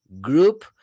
group